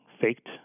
faked